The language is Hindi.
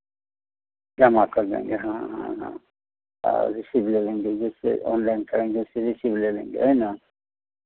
जमा कर देंगे हाँ हाँ हाँ और रिसीव ले लेंगे जिससे ऑनलाइन ट्रांजेक्शन रिसीव ले लेंगे है ना